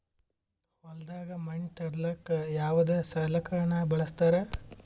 ಹೊಲದಾಗ ಮಣ್ ತರಲಾಕ ಯಾವದ ಸಲಕರಣ ಬಳಸತಾರ?